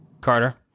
Carter